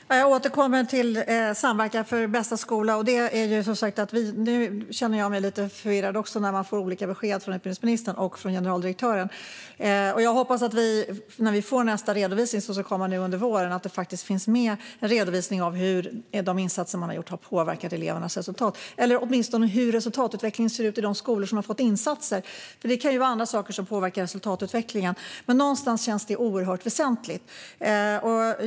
Herr talman! Jag återkommer till Samverkan för bästa skola. Jag känner mig också lite förvirrad när man får olika besked från utbildningsministern och generaldirektören. Jag hoppas att det i nästa redovisning, som ska komma nu under våren, finns med en redovisning av hur de insatser som har gjorts har påverkat elevernas resultat - eller åtminstone hur resultatutvecklingen ser ut i de skolor som har fått insatser. Det kan ju vara andra saker som påverkar resultatutvecklingen. Någonstans känns dock detta oerhört väsentligt.